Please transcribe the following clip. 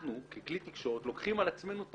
אנחנו ככלי תקשורת לוקחים על עצמנו את